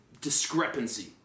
discrepancy